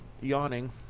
yawning